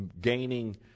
gaining